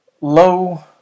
low